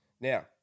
Now